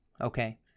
okay